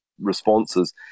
responses